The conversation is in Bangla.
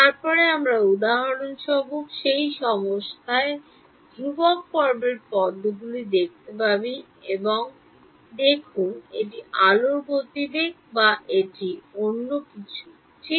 তারপরে আমরা উদাহরণস্বরূপ সেই অবস্থায় ধ্রুবক পর্বের পদ্মগুলি দেখতে পারি এবং দেখুন এটি আলোর গতিবেগ বা এটি অন্য কোনও কিছু ঠিক